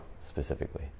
specifically